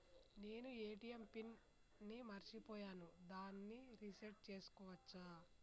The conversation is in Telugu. నేను ఏ.టి.ఎం పిన్ ని మరచిపోయాను దాన్ని రీ సెట్ చేసుకోవచ్చా?